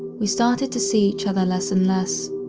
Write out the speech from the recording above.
we started to see each other less and less.